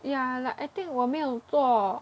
yeah like I think 我没有做